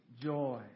joy